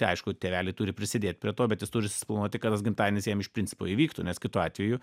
tai aišku tėveliai turi prisidėt prie to bet jis turi susiplanuoti kad tas gimtadienis jam iš principo įvyktų nes kitu atveju